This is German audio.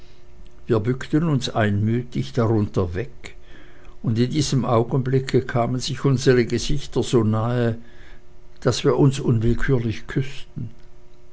wir bückten uns einmütig darunter weg und in diesem augenblicke kamen sich unsere gesichter so nah daß wir uns unwillkürlich küßten